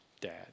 Dad